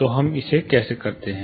तो हम इसे फिर से कैसे करते हैं